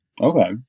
Okay